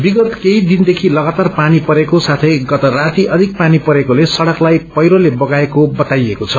विगत केडी दिनदेखि लगातार पानी परेको साथै गत राती अधिक पानी परेकोले सङ्कलाई पछिरोले बगाएको बताइएको छ